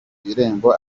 irembo